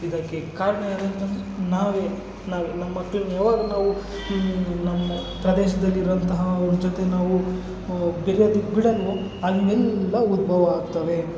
ಇದಕ್ಕೆ ಕಾರಣ ಯಾರಂತಂದ್ರೆ ನಾವೇ ನಮ್ಮ ಮಕ್ಕಳನ್ನು ಯಾವಾಗ ನಾವು ನಮ್ಮ ಪ್ರದೇಶದಲ್ಲಿ ಇರುವಂತಹ ಅವರು ಜೊತೆ ನಾವು ಬೆರಿಯೋದಕ್ಕೆ ಬಿಡಲ್ವೋ ಆಗ ಎಲ್ಲ ಉದ್ಭವ ಆಗ್ತವೆ